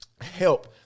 help